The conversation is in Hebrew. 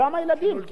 גם הילדים.